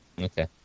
Okay